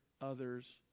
others